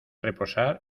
reposar